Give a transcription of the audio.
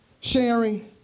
sharing